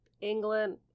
England